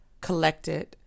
collected